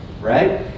right